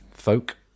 folk